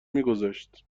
میگذاشت